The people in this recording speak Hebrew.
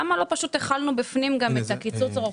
למה לא פשוט החלנו בפנים גם את הקיצוץ הרוחבי.